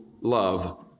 love